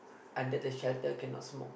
under the shelter cannot smoke